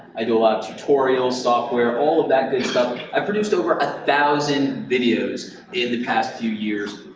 i do a lot of tutorials, software, all of that good stuff. i produced over a thousand videos in the past few years.